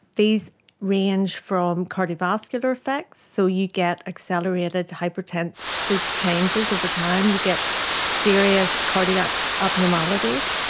these range from cardiovascular effects, so you get accelerated hypertensive so changes over time. you get serious cardiac abnormalities.